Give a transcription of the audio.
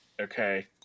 okay